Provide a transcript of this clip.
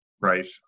right